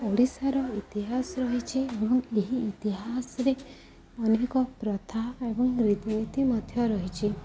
ଓଡ଼ିଶାର ଇତିହାସ ରହିଛିି ଏବଂ ଏହି ଇତିହାସରେ ଅନେକ ପ୍ରଥା ଏବଂ ରୀତିନୀତି ମଧ୍ୟ ରହିଛିି